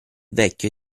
vecchio